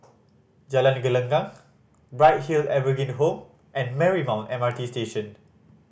Jalan Gelenggang Bright Hill Evergreen Home and Marymount M R T Station